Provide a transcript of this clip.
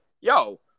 yo